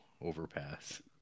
overpass